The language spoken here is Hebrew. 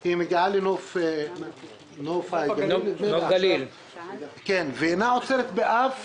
היא מגיעה לנוף הגליל ואינה עוצרת באף